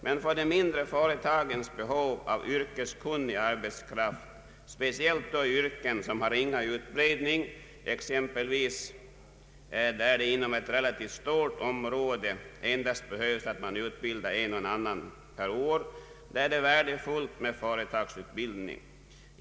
Men för de mindre företagens behov av yrkeskunnig arbetskraft, speciellt i yrken som har ringa utbredning, exempelvis där det inom ett relativt stort område endast behövs att en eller annan utbildas per år, är det värdefullt med företagsutbildning.